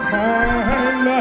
time